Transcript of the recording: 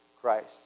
Christ